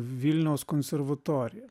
vilniaus konservatorija